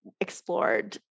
explored